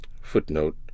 Footnote